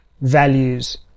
values